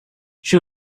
she